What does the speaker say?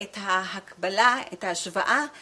את ההקבלה, את ההשוואה.